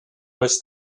was